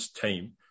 team